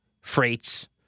freights